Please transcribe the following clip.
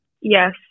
Yes